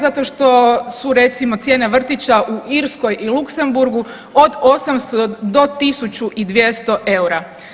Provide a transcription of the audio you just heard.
Zato što su recimo cijene vrtića u Irskoj i Luksemburgu od 800 do 1.200 eura.